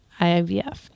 IVF